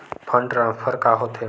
Fund transfer का होथे?